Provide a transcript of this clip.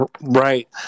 Right